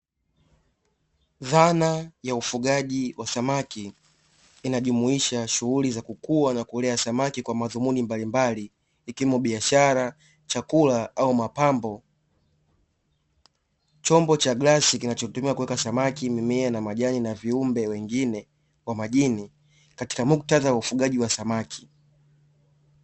Dhana ya ufugaji wa samaki ,inajumuisha shughuli za kukua na kulea samaki kwa madhumuni mbalimbali ,ikiwemo biashara, chakula au mapambo. Chombo cha glasi kinachotumiwa kuweka samaki, mimea, majani na viumbe wengine wa majini katika muktadha wa ufugaji wa samaki.